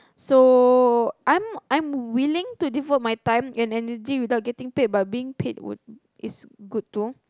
so I'm I'm willing to devote my time and energy without getting paid but being paid would is good to